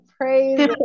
praise